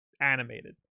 animated